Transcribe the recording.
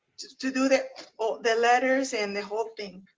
to do the the letters and the whole thing.